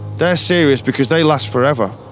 they're serious because they last forever.